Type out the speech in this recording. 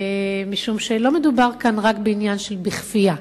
משום שלא מדובר רק בעניין של בכפייה.